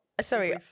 Sorry